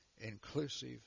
inclusive